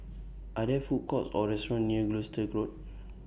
Are There Food Courts Or restaurants near Gloucester Road